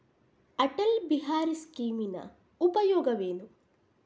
ಅಟಲ್ ಬಿಹಾರಿ ಸ್ಕೀಮಿನ ಉಪಯೋಗವೇನು?